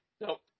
Nope